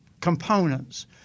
components